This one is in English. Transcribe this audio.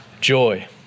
joy